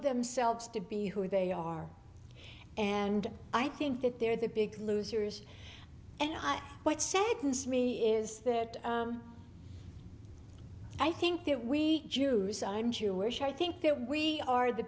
themselves to be who they are and i think that they're the big losers and what saddens me is that i think that we jews i'm jewish i think that we are the